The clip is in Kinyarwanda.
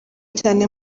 cyane